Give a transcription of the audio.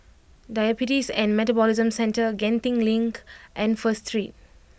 Diabetes and Metabolism Centre Genting Link and First Street